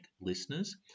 listeners